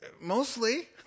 mostly